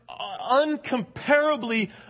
uncomparably